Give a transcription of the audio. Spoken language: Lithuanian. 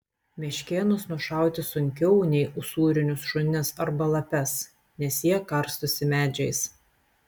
meškėnus nušauti sunkiau nei usūrinius šunis arba lapes nes jie karstosi medžiais